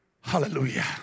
Hallelujah